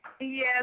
Yes